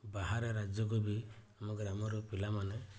ବାହାର ରାଜ୍ୟକୁ ବି ଆମ ଗ୍ରାମରୁ ପିଲାମାନେ